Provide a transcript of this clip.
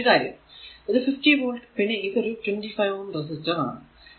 ഇനി ഒരു കാര്യം ഇത് 50 വോൾട് പിന്നെ ഇതൊരു 25 ഓം റെസിസ്റ്റർ ആണ്